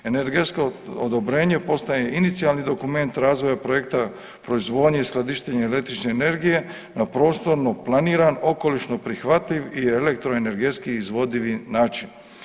Energetsko odobrenje postaje inicijalni dokument razvoja projekta proizvodnje i skladištenja električne energije, na prostorno planiran, okolišno prihvatljiv i elektroenergetski izvoditi način.